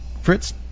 Fritz